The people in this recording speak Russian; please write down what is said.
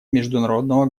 международного